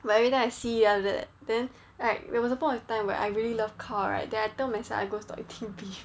but every time I see ah that then like there was a point of time where I really love cow right then I told myself I going to stop eating beef